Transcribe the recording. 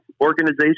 organization